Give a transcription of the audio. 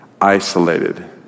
isolated